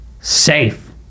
safe